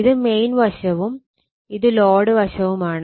ഇത് മെയിൻ വശവും ഇത് ലോഡ് വശവുമാണ്